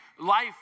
life